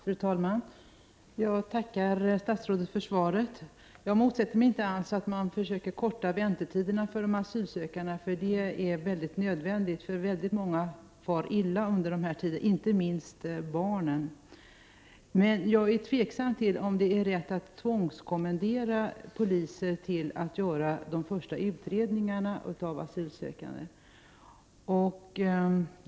Fru talman! Jag tackar statsrådet för svaret. Jag motsätter mig inte alls att man försöker förkorta väntetiderna för de asylsökande, för det är nödvändigt. Väldigt många far illa under den här tiden — inte minst barnen. Men jag är tveksam till om det är rätt att tvångskommendera poliser att göra de första utredningarna beträffande asylsökande.